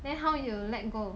then how you let go